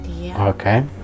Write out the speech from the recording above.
Okay